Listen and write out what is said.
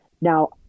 now